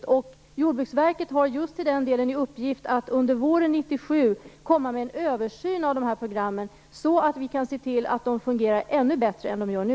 Jordbruksverket har just i den delen till uppgift att under våren 1997 komma med en översyn av de här programmen, så att vi kan se till att de fungerar ännu bättre än de gör nu.